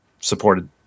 supported